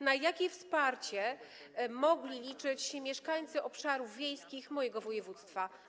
Na jakie wsparcie mogli liczyć mieszkańcy obszarów wiejskich mojego województwa?